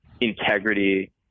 integrity